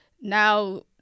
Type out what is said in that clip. now